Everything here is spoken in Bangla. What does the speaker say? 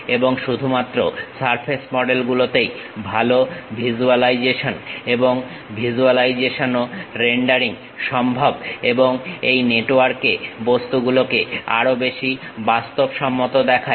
এবং শুধুমাত্র সারফেস মডেল গুলোতেই ভালো ভিজুয়ালাইজেশন এবং ভিজুয়ালাইজেশন ও রেন্ডারিং সম্ভব এবং এই নেটওয়ার্কে বস্তুগুলোকে আরো বেশি বাস্তবসম্মত দেখায়